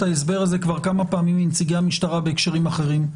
ההסבר הזה כבר כמה פעמים מנציגי המשטרה בהקשרים אחרים.